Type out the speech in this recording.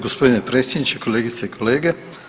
Gospodine predsjedniče, kolegice i kolege.